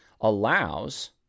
allows